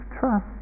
trust